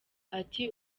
ati